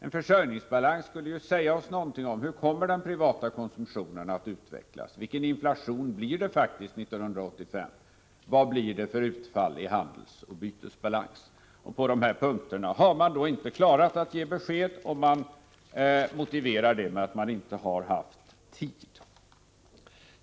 En försörjningsbalans skulle emellertid säga oss någonting om hur den privata konsumtionen kommer att utvecklas, om vilken inflation det faktiskt blir 1985 och om vilket utfallet blir av handelsoch bytesbalansen. På dessa punkter har majoriteten inte klarat att ge besked, och detta motiveras med att man inte har haft tid.